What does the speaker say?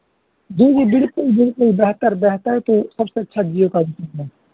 جی جی بالکل بالکل بہتر بہتر تو سب سے اچھا جیو کا ہے